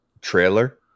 trailer